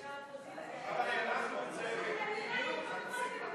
חבר הכנסת ישראל